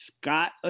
Scott